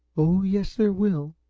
oh, yes, there will,